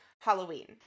halloween